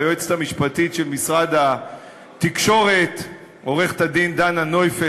ליועצת המשפטית של משרד התקשורת עורכת-הדין דנה נויפלד,